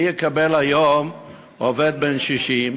מי יקבל היום עובד בן 60?